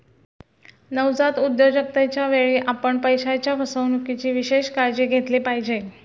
नवजात उद्योजकतेच्या वेळी, आपण पैशाच्या फसवणुकीची विशेष काळजी घेतली पाहिजे